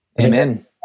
Amen